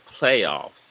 playoffs